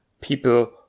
people